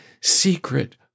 secret